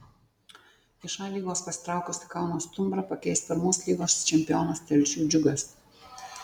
iš a lygos pasitraukusį kauno stumbrą pakeis pirmos lygos čempionas telšių džiugas